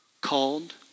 called